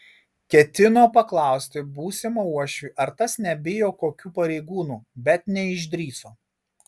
ketino paklausti būsimą uošvį ar tas nebijo kokių pareigūnų bet neišdrįso